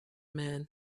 man